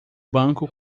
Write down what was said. banco